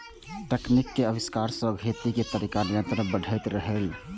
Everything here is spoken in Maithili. तकनीक के आविष्कार सं खेती के तरीका निरंतर बदलैत रहलैए